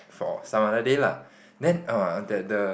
for some other day lah then oh that the